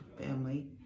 family